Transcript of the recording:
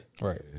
Right